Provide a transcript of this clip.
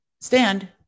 stand